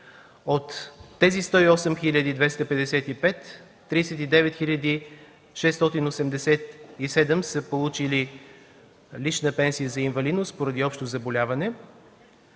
От тези 108 255 – 390 687 са получили лична пенсия за инвалидност поради общо заболяване,